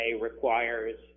requires